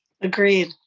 Agreed